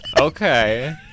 Okay